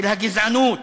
של הגזענות,